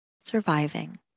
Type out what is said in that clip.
surviving